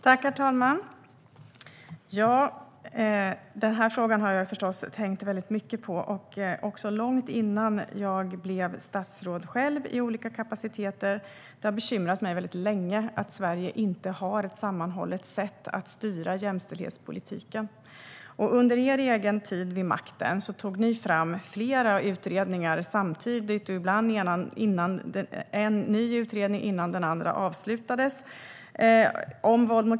Herr talman! Jag har förstås tänkt mycket på denna fråga. Även långt innan jag blev statsråd och hade annan kapacitet var jag bekymrad över att Sverige inte har en sammanhållen styrning av jämställdhetspolitiken. Under er tid vid makten tog ni fram flera utredningar om mäns våld mot kvinnor och om jämställdhet, vilka arbetade samtidigt.